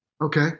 Okay